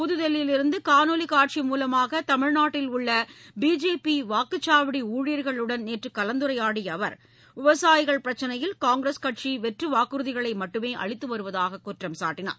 புதுதில்லியிலிருந்து காணொலிக் காட்சி மூலமாக தமிழ்நாட்டில் உள்ள பிஜேபி வாக்குச்சாவடி ஊழியர்களுடன் நேற்று கலந்துரையாடிய அவர் விவசாயிகள் பிரச்சினையில் காங்கிரஸ் கட்சி வெற்று வாக்குறுதிகளை மட்டுமே அளித்து வருவதாக குற்றம் சாட்டினார்